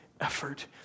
effort